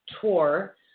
tour